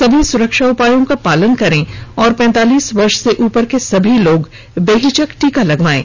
सभी सुरक्षा उपायों का पालन करें और पैंतालीस वर्ष से उपर के सभी लोग बेहिचक टीका लगवायें